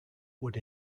would